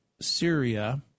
Syria